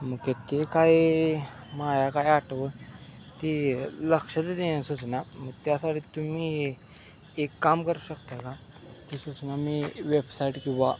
मग की ते काय माया काय आटव ती लक्षच देन्या सुचना मग त्यासाठी तुम्ही एक काम करू शकता का ती सुचना मी वेबसाईट किंवा